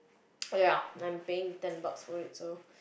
oh ya I'm paying ten bucks for it so